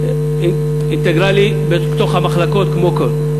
אינטגרלי בתוך המחלקות כמו הכול,